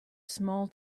small